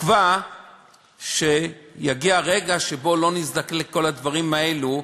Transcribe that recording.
ובתקווה שיגיע הרגע שלא נזדקק לכל הדברים האלו,